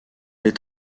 est